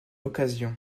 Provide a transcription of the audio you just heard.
occasion